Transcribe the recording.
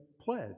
pledge